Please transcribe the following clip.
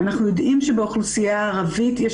אנחנו יודעים שבאוכלוסייה הערבית יש